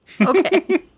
Okay